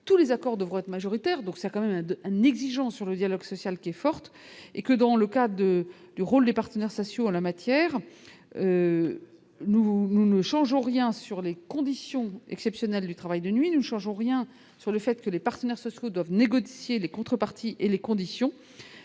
tous les accords devraient majoritaire, donc c'est quand même d'un exigeant sur le dialogue social qui est forte et que dans le cas de du rôle des partenaires sociaux en la matière nous ne changeons rien sur les conditions exceptionnelles du travail de nuit ne change en rien sur le fait que les partenaires sociaux doivent négocier les contreparties et les conditions